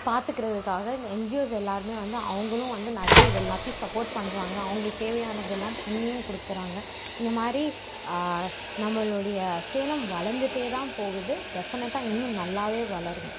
பார்த்துக்கறதுக்காக இந்த என்ஜிஓஸ் எல்லாரும் வந்து அவங்களும் வந்து நிறைய இது எல்லாத்தையும் சப்போர்ட் பண்ணுறாங்க அவங்களுக்கு தேவையானதெல்லாம் பண்ணியும் கொடுக்கறாங்க இந்த மாதிரி நம்மளுடைய சேலம் வளர்ந்துட்டே தான் போகுது டெஃபனெட்டாக இன்னும் நல்லா வளரும்